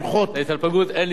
את ההתפלגות אין לי כרגע,